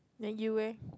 then you eh